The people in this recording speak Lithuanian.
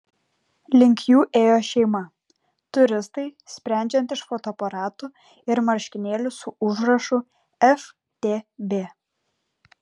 link jų ėjo šeima turistai sprendžiant iš fotoaparatų ir marškinėlių su užrašu ftb